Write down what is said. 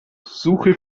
suche